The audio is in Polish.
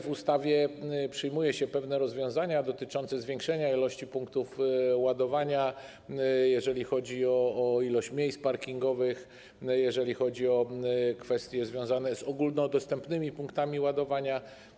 W ustawie przyjmuje się pewne rozwiązania dotyczące zwiększenia liczby punktów ładowania, jeżeli chodzi o liczbę miejsc parkingowych i kwestie związane z ogólnodostępnymi punktami ładowania.